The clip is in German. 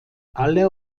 alle